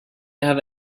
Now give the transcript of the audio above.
have